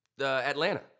Atlanta